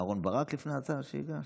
התייעצת עם אהרן ברק לפני ההצעה שהגשת?